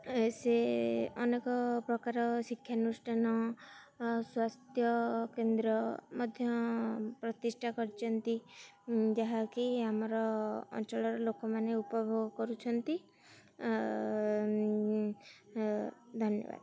ସେ ଅନେକ ପ୍ରକାର ଶିକ୍ଷାନୁଷ୍ଠାନ ସ୍ୱାସ୍ଥ୍ୟ କେନ୍ଦ୍ର ମଧ୍ୟ ପ୍ରତିଷ୍ଠା କରିଛନ୍ତି ଯାହାକି ଆମର ଅଞ୍ଚଳର ଲୋକମାନେ ଉପଭୋଗ କରୁଛନ୍ତି ଧନ୍ୟବାଦ